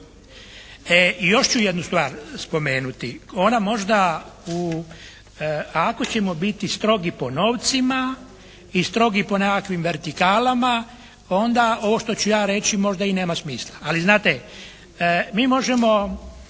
I još ću jednu stvar spomenuti. Ona možda u, ako ćemo biti strogi po novcima i strogi po nekakvim vertikalama, onda ovo što ću ja reći možda i nema smisla. Ali znate, mi možemo